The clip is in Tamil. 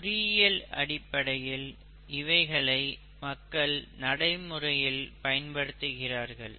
பொறியியல் அடிப்படையில் இவைகளை மக்கள் நடைமுறையில் பயன்படுதுகிறார்கள்